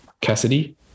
Cassidy